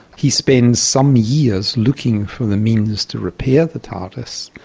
he spends some years looking for the means to repair the tardis,